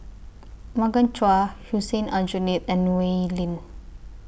Morgan Chua Hussein Aljunied and Wee Lin